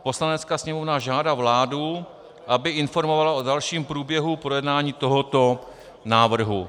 Poslanecká sněmovna žádá vládu, aby informovala o dalším průběhu projednání tohoto návrhu.